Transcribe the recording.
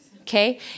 okay